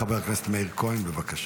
חבר הכנסת מאיר כהן, בבקשה.